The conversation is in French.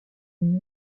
une